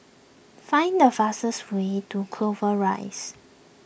find the fastest way to Clover Rise